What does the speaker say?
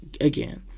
again